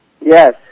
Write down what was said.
Yes